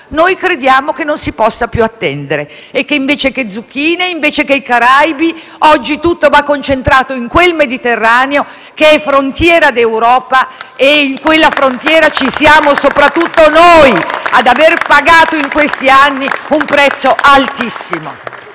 Noi crediamo che non si possa più attendere, e che, invece che zucchine, invece che i Caraibi, oggi tutto vada concentrato in quel Mediterraneo che è frontiera d'Europa *(Applausi dai Gruppi* *L-SP-PSd'Az e M5S)*, e in quella frontiera ci siamo soprattutto noi ad aver pagato in questi anni un prezzo altissimo.